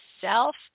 self